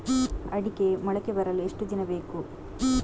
ಅಡಿಕೆ ಮೊಳಕೆ ಬರಲು ಎಷ್ಟು ದಿನ ಬೇಕು?